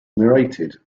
narrated